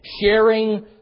sharing